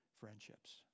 friendships